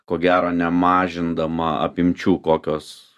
ko gero nemažindama apimčių kokios